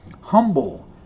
Humble